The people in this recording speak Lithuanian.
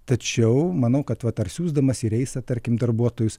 tačiau manau kad vat ar siųsdamas į reisą tarkim darbuotojus